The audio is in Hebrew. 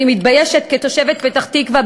אני מתביישת כתושבת פתח-תקווה,